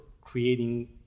creating